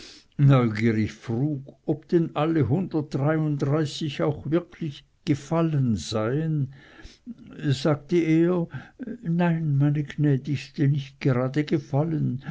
neugierig frug ob denn alle hundertdreiunddreißig auch wirklich gefallen seien sagte er nein meine gnädigste nicht gerade gefallen